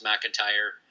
McIntyre